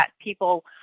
people